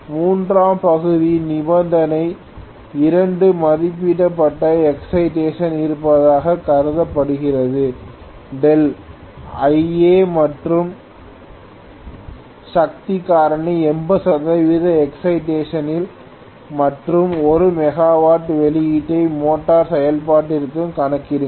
மூன்றாம் பகுதி நிபந்தனை 2 மதிப்பிடப்பட்ட எக்சைடேஷன் இருப்பதாகக் கருதப்படுகிறது δ Ia மற்றும் சக்தி காரணி 80 சதவிகித எக்சைடேஷன் இல் மற்றும் 1 மெகாவாட் வெளியீட்டை மோட்டார் செயல்பாட்டிற்குக் கணக்கிடுங்கள்